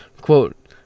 Quote